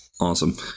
awesome